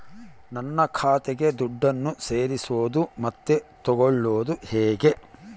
ನನ್ನ ಖಾತೆಗೆ ದುಡ್ಡನ್ನು ಸೇರಿಸೋದು ಮತ್ತೆ ತಗೊಳ್ಳೋದು ಹೇಗೆ?